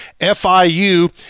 FIU